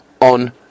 on